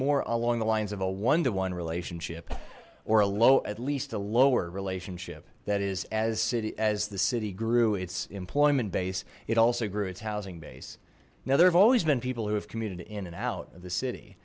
more along the lines of a one to one relationship or a lo at least a lower relationship that is as city as the city grew its employment base it also grew its housing base now there have always been people who have commuted in and out of the city